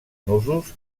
nusos